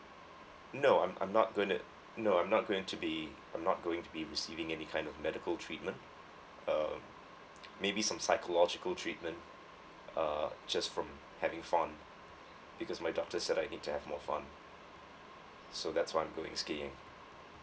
no I'm I'm not going to no I'm not going to be I'm not going to be receiving any kind of medical treatment uh maybe some psychological treatment uh just from having fun because my doctor said I need to have more fun so that's why I'm going skiing